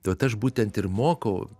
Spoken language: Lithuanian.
tai vat aš būtent ir mokau